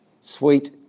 sweet